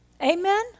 Amen